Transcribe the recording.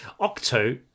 octo